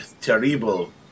Terrible